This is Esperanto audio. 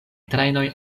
trajnoj